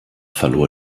verlor